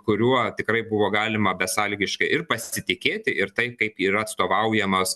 kuriuo tikrai buvo galima besąlygiškai ir pasitikėti ir tai kaip yra atstovaujamas